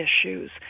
issues